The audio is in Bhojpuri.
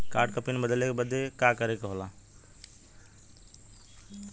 कार्ड क पिन बदले बदी का करे के होला?